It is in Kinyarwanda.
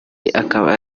akaba